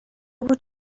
بود